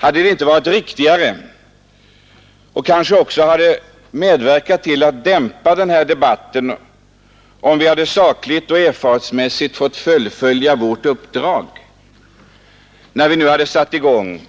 Hade det inte varit riktigare och hade det kanske inte också medverkat till att dämpa den här debatten, om vi sakligt och erfarenhetsmässigt fått fullfölja vårt uppdrag, när vi nu hade satt i gång,